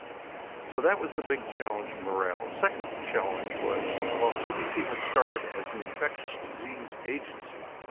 so that was the big challenge morale. second challenge was while cdc had started as an infectious disease agency,